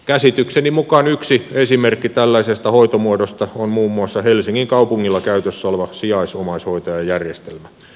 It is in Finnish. käsitykseni mukaan yksi esimerkki tällaisesta hoitomuodosta on muun muassa helsingin kaupungilla käytössä oleva sijaisomaishoitajajärjestelmä